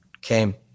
Came